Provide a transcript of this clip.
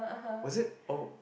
was it all